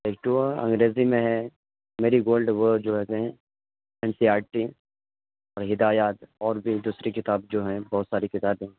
ایک تو انگریزی میں ہے میریگولڈ وہ جو کہتے ہیں این سی آر ٹی اور ہدایات اور بھی دوسری کتاب جو ہیں بہت ساری کتابیں